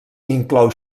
inclou